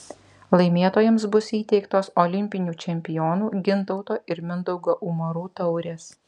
laimėtojams bus įteiktos olimpinių čempionų gintauto ir mindaugo umarų taurės